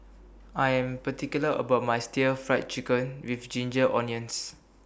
I Am particular about My Stir Fried Chicken with Ginger Onions